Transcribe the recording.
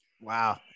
Wow